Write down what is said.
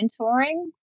mentoring